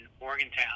Morgantown